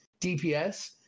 DPS